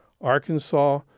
Arkansas